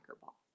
ball